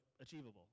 achievable